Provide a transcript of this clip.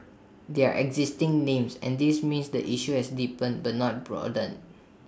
they are existing names and this means the issue has deepened but not broadened